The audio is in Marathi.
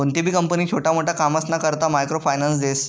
कोणतीबी कंपनी छोटा मोटा कामसना करता मायक्रो फायनान्स देस